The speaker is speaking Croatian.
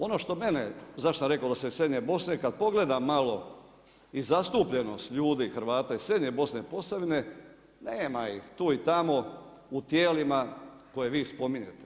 Ono što mene, zašto sam rekao da sam iz srednje Bosne, kad pogledam malo i zastupljenost ljudi Hrvata iz srednje Bosne, Posavine, nema ih, tu i tamo u tijelima koje vi spominjete.